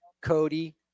Cody